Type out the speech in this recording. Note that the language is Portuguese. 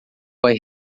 vai